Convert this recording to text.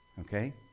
Okay